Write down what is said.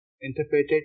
Interpreted